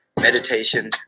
meditation